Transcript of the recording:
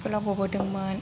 स्कुलाव गबोदोंमोन